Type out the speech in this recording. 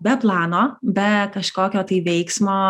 be plano be kažkokio tai veiksmo